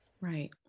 Right